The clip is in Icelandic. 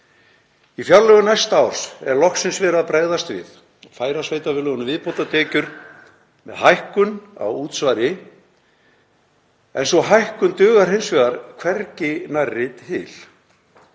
Í fjárlögum næsta árs er loksins verið að bregðast við og færa sveitarfélögunum viðbótartekjur með hækkun á útsvari en sú hækkun dugar hins vegar hvergi nærri til.